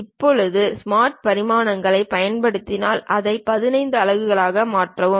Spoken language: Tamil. இப்போது ஸ்மார்ட் பரிமாணங்களைப் பயன்படுத்தினால் அதை 15 அலகுகளாக மாற்றலாம்